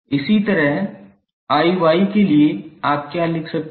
इसी तरह 𝐼𝑦 के लिए आप क्या लिख सकते हैं